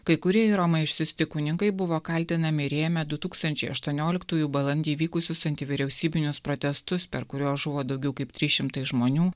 kai kurie į romą išsiųsti kunigai buvo kaltinami rėmę du tūkstančiai aštuonioliktųjų balandį vykusius antivyriausybinius protestus per kuriuos žuvo daugiau kaip trys šimtai žmonių